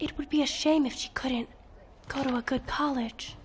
it would be a shame if she couldn't call a good college